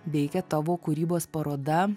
veikia tavo kūrybos paroda